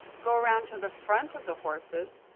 go around to the front of the horses,